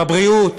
בבריאות,